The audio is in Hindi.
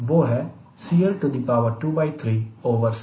वह है CL23CDmax